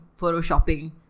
photoshopping